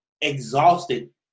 exhausted